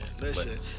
Listen